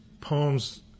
poems